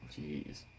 jeez